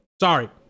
sorry